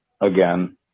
again